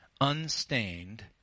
unstained